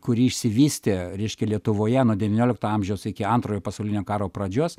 kuri išsivystė reiškia lietuvoje nuo devyniolikto amžiaus iki antrojo pasaulinio karo pradžios